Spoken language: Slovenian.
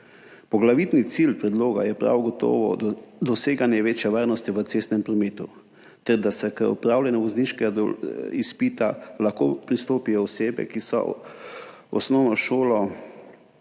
Poglavitni cilj predloga je prav gotovo doseganje večje varnosti v cestnem prometu ter da k opravljanju vozniškega izpita lahko pristopijo osebe, ki so osnovno šolo